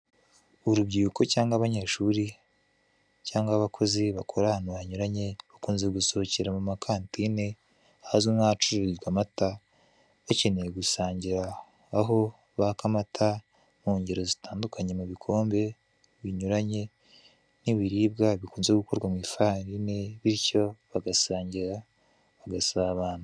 Urubyiruko cyangwa abanyeshuri cyangwa abakozi bakora ahantu hanyuranye bakunze gusohokera mu makantine ahazwi nk'ahacururizwa amata mukeneye gusangira aho baka amata mu ngero zitandukanye mu bikombe binyuranye n'ibiribwa bikunze gukorwa mu ifarine bityo bagasangira bagasabana.